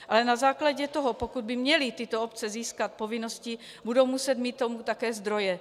Ale na základě toho, pokud by měly tyto obce získat povinnosti, budou muset mít k tomu také zdroje.